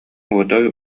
уодай